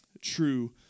true